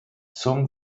zum